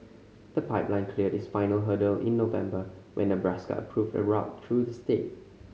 the pipeline cleared its final hurdle in November when Nebraska approved a route through the state